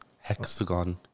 Hexagon